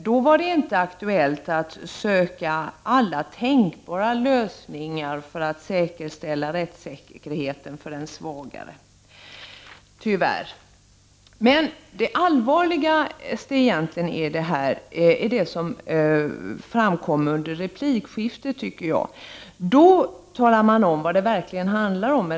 Då var det inte aktuellt att söka alla tänkbara lösningar för att säkerställa rättssäkerheten för de svaga, tyvärr. Det allvarligaste framkom dock under replikskiftet. Då talade man om vad den här säkerhetsventilen verkligen handlar om.